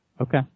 Okay